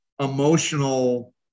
emotional